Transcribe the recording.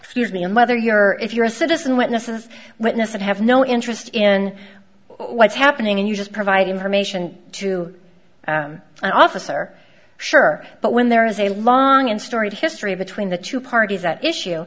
excuse me and whether you're if you're a citizen witnesses witness and have no interest in what's happening and you just provide information to an officer sure but when there is a long and storied history between the two parties at issue